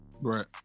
Right